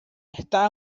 está